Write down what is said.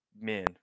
men